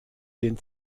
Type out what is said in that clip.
den